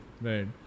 Right